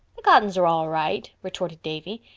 the cottons are all right, retorted davy.